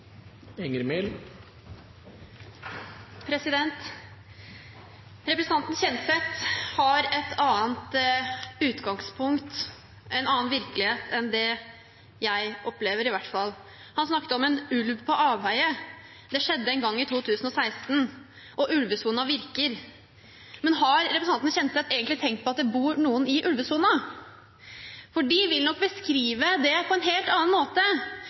Representanten Kjenseth har et annet utgangspunkt, en annen virkelighet, enn det i hvert fall jeg opplever. Han snakket om ulv på avveier – det skjedde en gang i 2016 – og om at ulvesonen virker. Har representanten Kjenseth egentlig tenkt på at det bor noen i ulvesonen? De vil nok beskrive det på en helt annen måte.